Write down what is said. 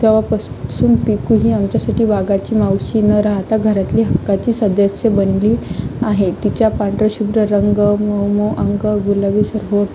तेव्हापस् पासून पिकू ही आमच्यासाठी वाघाची मावशी न राहता घरातली हक्काची सदस्य बनली आहे तिच्या पांढराशुभ्र रंग मऊ मऊ अंग गुलाबीसर ओठ